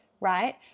right